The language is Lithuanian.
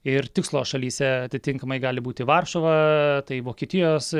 ir tikslo šalyse atitinkamai gali būti varšuva tai vokietijos